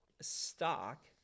stock